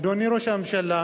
אדוני ראש הממשלה,